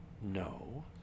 No